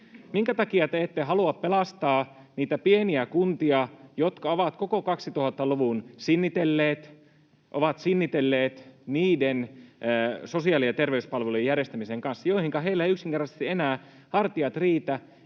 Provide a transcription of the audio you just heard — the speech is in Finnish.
Minkä takia te ette halua pelastaa niitä pieniä kuntia, jotka ovat koko 2000-luvun sinnitelleet, ovat sinnitelleet niiden sosiaali‑ ja terveyspalvelujen järjestämisen kanssa, joihinka heillä eivät yksinkertaisesti enää hartiat riitä,